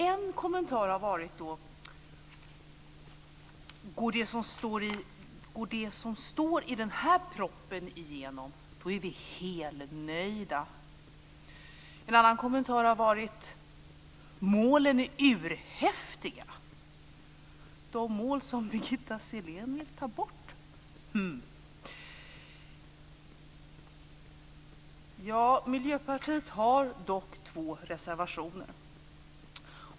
En kommentar har varit: "Går det som står i den här proppen igenom, då är vi helnöjda!". En annan kommentar har varit: "Målen är urhäftiga!" Det är de mål som Birgitta Sellén vill ta bort - hm! Miljöpartiet har dock två reservationer.